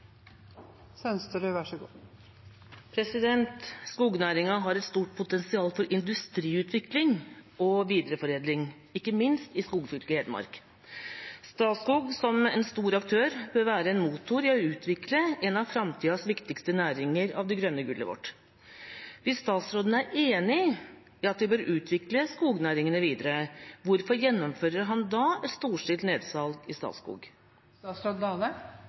en stor aktør, bør være en motor i å utvikle en av framtidens viktigste næringer av det grønne gullet. Hvis statsråden er enig i at vi bør utvikle skognæringen videre, hvorfor gjennomfører han da et storstilt nedsalg i Statskog?»